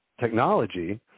technology